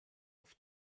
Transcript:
auf